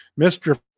Mr